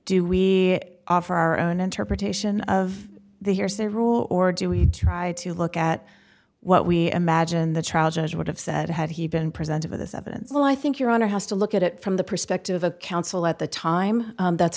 do we offer our own interpretation of the hearsay rule or do we try to look at what we imagine the trial judge would have said had he been presented with this evidence well i think your honor has to look at it from the perspective of counsel at the time that's